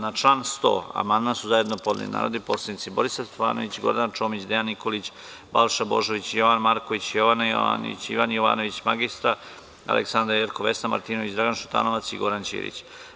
Na član 100. amandman su zajedno podneli narodni poslanici Borislav Stefanović, Gordana Čomić, Dejan Nikolić, Balša Božović, Jovan Marković, Jovana Jovanović, Ivan Jovanović, mr Aleksandra Jerkov, Vesna Martinović, Dragan Šutanovac i Goran Ćirić.